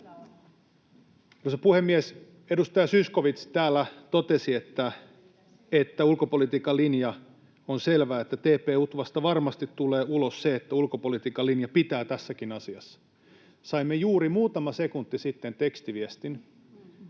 Arvoisa puhemies! Edustaja Zyskowicz täällä totesi, että ulkopolitiikan linja on selvä ja että TP-UTVAsta varmasti tulee ulos se, että ulkopolitiikan linja pitää tässäkin asiassa. Saimme juuri muutama sekunti sitten tekstiviestin: